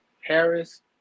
Harris